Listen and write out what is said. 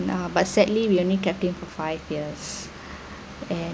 nah but sadly we only kept him for five years and